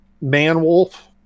Man-wolf